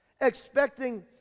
expecting